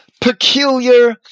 peculiar